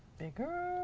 bigger.